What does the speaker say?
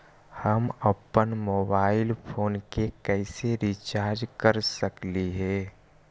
हम अप्पन mobile phone के कैसे रिचार्ज कर सकली हे?